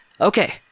okay